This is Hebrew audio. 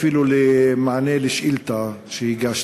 אפילו לא למענה על שאילתה שהגשתי.